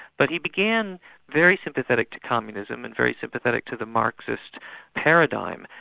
but he began very sympathetic to communism and very sympathetic to the marxist paradigm,